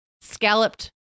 scalloped